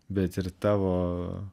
bet ir tavo